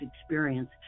experience